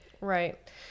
Right